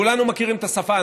כולנו מכירים את השפה,